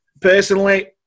Personally